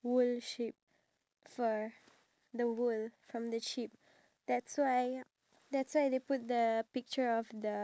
I feel like I should just be thankful and eat the food because if you were to look at people from other countries they barely